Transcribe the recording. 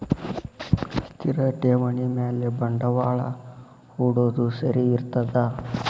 ಸ್ಥಿರ ಠೇವಣಿ ಮ್ಯಾಲೆ ಬಂಡವಾಳಾ ಹೂಡೋದು ಸರಿ ಇರ್ತದಾ?